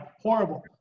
Horrible